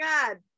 god